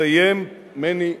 מסיים מני מאוטנר.